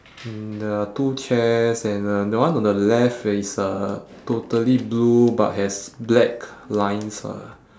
and there are two chairs and the the one on the left is uh totally blue but has black lines ah